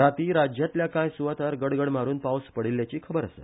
राती राज्यातल्या काय सुवातार गडगड मारून पावस पडिल्ल्याची खबर आसा